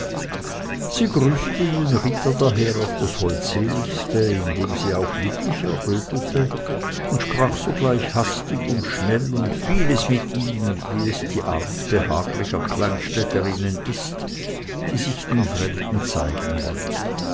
sie grüßte den ritter daher auf das holdseligste indem sie auch lieblich errötete und sprach sogleich hastig und schnell und vieles mit ihm wie es die art behaglicher kleinstädterinnen ist die sich den fremden zeigen wollen